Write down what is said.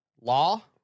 Law